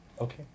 Okay